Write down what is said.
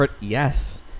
yes